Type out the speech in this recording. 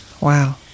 Wow